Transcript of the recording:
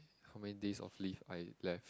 how many days of leave I left